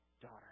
daughter